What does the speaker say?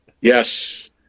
Yes